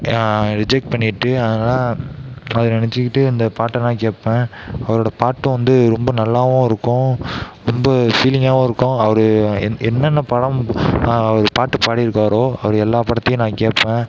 reject பண்ணிட்டு அதனால அதை நெனைச்சிக்கிட்டு இந்த பாட்டெல்லாம் கேட்பேன் அவரோட பாட்டும் வந்து ரொம்ப நல்லாவும் இருக்கும் ரொம்ப ஃபீலிங்காகவும் இருக்கும் அவர் என் என்னென்ன படம் அவர் பாட்டு பாடியிருக்காரோ அவர் எல்லா படத்தையும் நான் கேட்பேன்